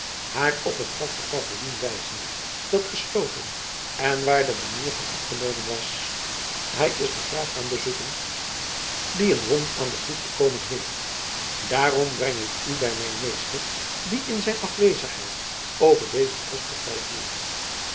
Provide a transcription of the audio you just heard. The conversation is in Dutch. haar op een prachtig paviljoen wijzende dat gesloten en waar de banier van afgenomen was hij is den graaf gaan bezoeken die een wond aan den voet bekomen heeft daarom breng ik u bij mijn meester die in zijn afwezigheid over dezen post